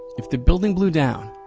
if the building blew down,